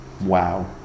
Wow